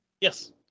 Yes